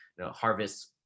harvest